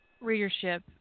readership